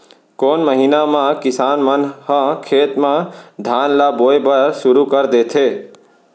कोन महीना मा किसान मन ह खेत म धान ला बोये बर शुरू कर देथे?